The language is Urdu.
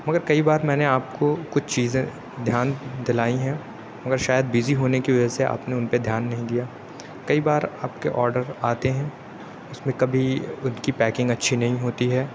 مگر کئی بار میں نے آپ کو کچھ چیزیں دھیان دلائی ہیں مگر شاید بزی ہونے کی وجہ سے آپ نے اُن پہ دھیان نہیں دیا کئی بار آپ کے آڈر آتے ہیں اُس میں کبھی اُن کی پیکنگ اچھی نہیں ہوتی ہے